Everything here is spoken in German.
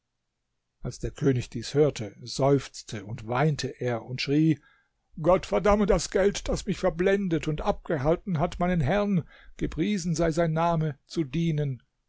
als der könig dies hörte seufzte und weinte er und schrie gott verdamme das geld das mich verblendet und abgehalten hat meinem herrn gepriesen sei sein name zu dienen